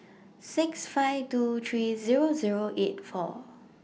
six five two three Zero Zero eight four